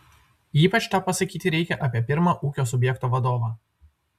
ypač tą pasakyti reikia apie pirmą ūkio subjekto vadovą